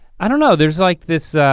i don't know, there's like this,